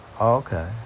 Okay